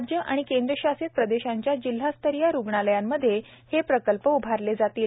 राज्य आणि केंद्रशासित प्रदेशांच्या जिल्हास्तरीय रुग्णालयांमध्ये हे प्रकल्प उभारले जातील